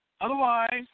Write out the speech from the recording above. Otherwise